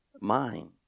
mind